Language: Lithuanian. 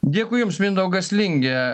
dėkui jums mindaugas lingė